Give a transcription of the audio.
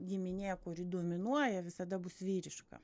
giminė kuri dominuoja visada bus vyriška